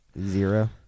Zero